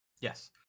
Yes